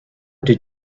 did